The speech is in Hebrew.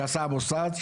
שעשה מוסד,